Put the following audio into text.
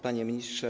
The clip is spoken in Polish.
Panie Ministrze!